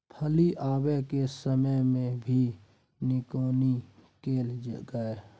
फली आबय के समय मे भी निकौनी कैल गाय?